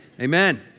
Amen